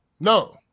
No